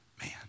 Man